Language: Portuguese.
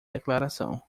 declaração